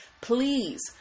please